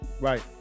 Right